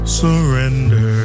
surrender